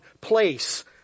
place